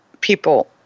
People